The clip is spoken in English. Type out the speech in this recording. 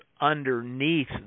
underneath